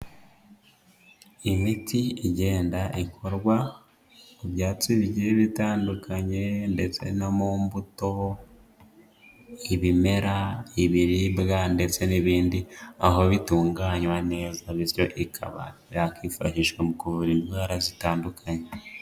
Imiti igenda ikorwa mu byatsi bigiye bitandukanye ndetse no mu mbuto, ibimera, ibiribwa ndetse n'ibindi, aho bitunganywa neza, bityo ikaba yakwifashishwa mu kuvura indwara zitandukanye.